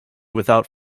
without